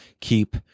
keep